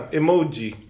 emoji